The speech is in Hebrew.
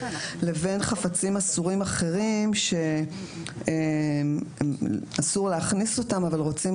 לבין חפצים אסורים אחרים שאסור להכניס אותם אבל רוצים